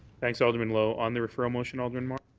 thanks, alderman lowe. on the referral motion, alderman moore?